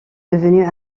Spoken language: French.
devenue